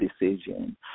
decision